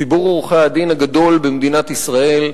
ציבור עורכי-הדין הגדול במדינת ישראל,